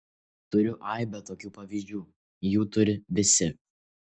turiu aibę tokių pavyzdžių jų turi visi